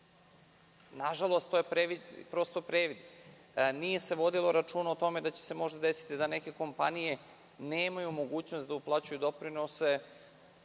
Nažalost, to je previd. Nije se vodilo računa o tome da će se desiti da neke kompanije nemaju mogućnost da uplaćuju doprinose,